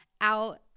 out